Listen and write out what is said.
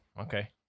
okay